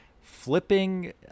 flipping